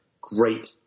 great